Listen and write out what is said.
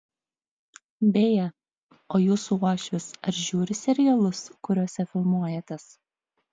beje o jūsų uošvis ar žiūri serialus kuriose filmuojatės